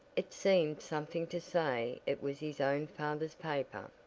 it seemed something to say it was his own father's paper,